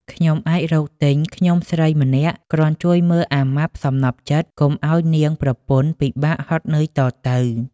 ខ្ញុំអាចរកទិញខ្ញុំស្រីម្នាក់គ្រាន់ជួយមើលអាម៉ាប់សំណព្វចិត្ត កុំឱ្យនាងប្រពន្ធពិបាកហត់នឿយ តទៅ។